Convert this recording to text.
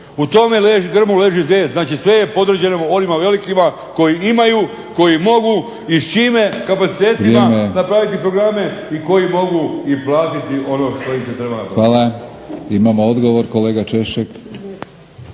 U tome grmu leži zec. Znači sve je podređeno onima velikima koji imaju, koji mogu i s čime kapacitetima napraviti programe i koji mogu i platiti ono što im se treba napraviti. **Batinić,